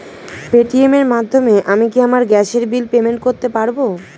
Paytm এর মাধ্যমে আমি কি আমার গ্যাসের বিল পেমেন্ট করতে পারব?